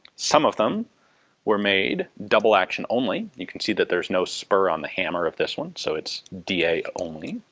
some of them were made double action only. you can see that there's no spur on the hammer of this one, so it's da only.